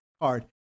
card